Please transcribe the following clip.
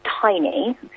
tiny